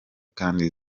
kandi